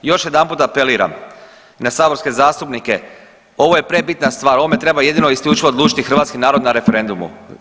I još jedanput apeliram i na saborske zastupnike, ovo je prebitna stvar, o ovome treba jedino i isključivo odlučiti hrvatski narod na referendumu.